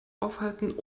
aufhalten